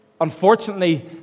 Unfortunately